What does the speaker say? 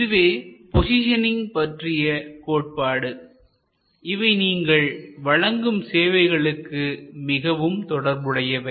இதுவே போசிஷனிங் பற்றிய கோட்பாடு இவை நீங்கள் வழங்கும் சேவைகளுக்கு மிகவும் தொடர்புடையவை